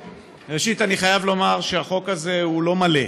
ראשית, אני חייב לומר שהחוק הזה הוא לא מלא.